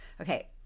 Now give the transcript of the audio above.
Okay